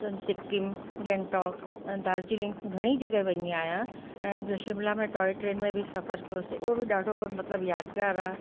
सिक्किम गैंगटॉक डार्जलिंग घणी जॻहि वई आहियां ऐं शिमला में टॉय ट्रेन में बि सफ़र कयोसीं उहो बि ॾाढो मतिलबु यादगारु आहे